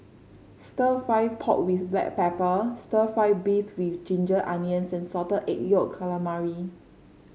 stir fry pork with Black Pepper stir fry beef with Ginger Onions and Salted Egg Yolk Calamari